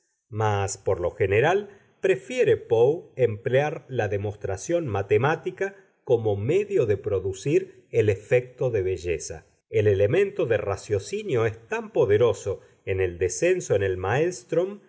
mas por lo general prefiere poe emplear la demostración matemática como medio de producir el efecto de belleza el elemento de raciocinio es tan poderoso en el descenso en el maelstrm